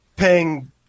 paying